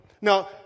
Now